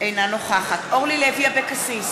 אינה נוכחת אורלי לוי אבקסיס,